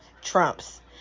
Trump's